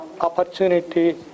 opportunity